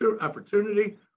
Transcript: opportunity